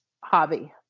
hobby